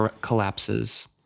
collapses